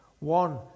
One